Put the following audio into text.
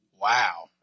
Wow